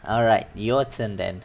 alright your turn then